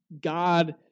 God